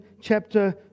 chapter